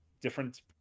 Different